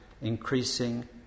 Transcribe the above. increasing